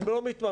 הם לא מתממשים.